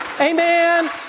Amen